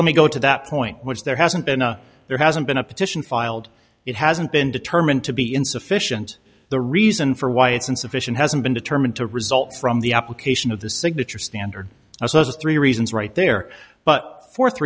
let me go to that point which there hasn't been a there hasn't been a petition filed it hasn't been determined to be insufficient the reason for why it's insufficient hasn't been determined to result from the application of the signature standard so it's three reasons right there but